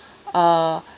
err